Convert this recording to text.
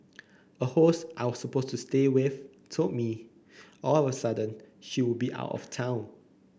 a host I was supposed to stay with told me all of a sudden she would be out of town